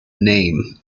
name